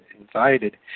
invited